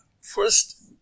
First